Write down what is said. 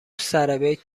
سربیت